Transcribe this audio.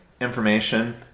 information